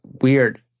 weird –